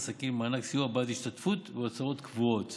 עסקים ומענק סיוע בעד השתתפות בהוצאות קבועות